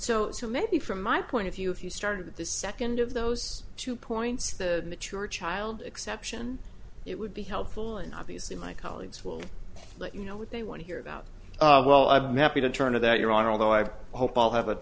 it so maybe from my point of view if you started the second of those two points the mature child exception it would be helpful and obviously my colleagues will let you know what they want to hear about well i'm happy to turn to that your honor although i hope i'll have a